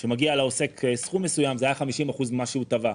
שמגיע לעוסק סכום מסוים, זה היה 50% ממה שהוא תבע.